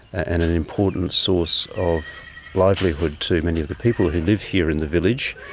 and an important source of livelihood to many of the people who live here in the village.